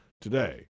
today